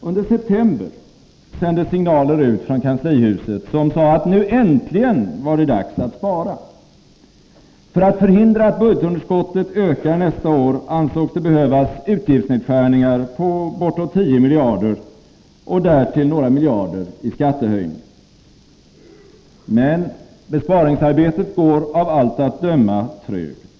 Under september sändes signaler ut från kanslihuset som sade att nu äntligen var det dags att spara. För att förhindra att budgetunderskottet ökar nästa år ansågs det behövas utgiftsnedskärningar på bortåt 10 miljarder och därtill några miljarder i skattehöjningar. Men besparingsarbetet går av allt att döma trögt.